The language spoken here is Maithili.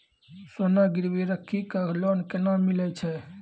सोना गिरवी राखी कऽ लोन केना मिलै छै?